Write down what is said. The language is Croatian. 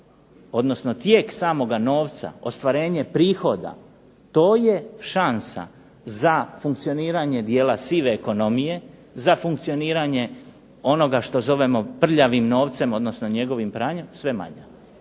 odnosno tijek samoga novca, ostvarenje prihoda to je šansa za funkcioniranje dijela sive ekonomije, za funkcioniranje onoga što zovemo prljavim novcem odnosno njegovim pranjem sve manja.